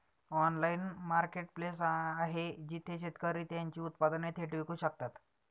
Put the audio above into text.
Online marketplace आहे जिथे शेतकरी त्यांची उत्पादने थेट विकू शकतात?